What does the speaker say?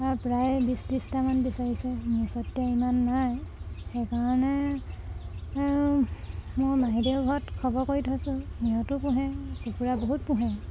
প্ৰায় বিছ ত্ৰিছটামান বিচাৰিছে মোৰ ওচৰত ইমান নাই সেইকাৰণে মোৰ মাহীদেউৰ ঘৰত খবৰ কৰি থৈছোঁ সিহঁতো পোহে কুকুৰা বহুত পোহে